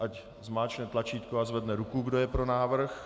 Ať zmáčkne tlačítko a zvedne ruku, kdo je pro návrh.